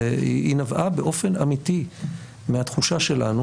והיא נבעה באופן אמתי מהתחושה שלנו